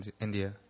India